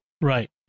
Right